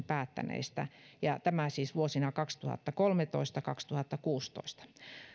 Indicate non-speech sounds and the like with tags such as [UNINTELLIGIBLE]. [UNINTELLIGIBLE] päättäneistä tämä oli siis vuosina kaksituhattakolmetoista viiva kaksituhattakuusitoista